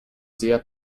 sehr